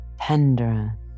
tenderer